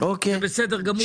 זה בסדר גמור,